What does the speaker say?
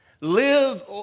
live